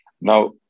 now